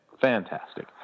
Fantastic